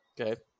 Okay